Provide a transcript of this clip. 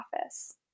office